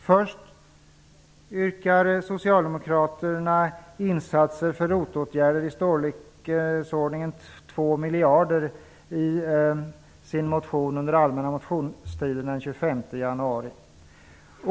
Först yrkar socialdemokraterna i sin motion under den allmänna motionstiden i januari på ROT-insatser i storleksordningen 2 miljarder.